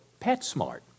PetSmart